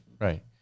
right